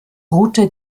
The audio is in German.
route